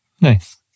Nice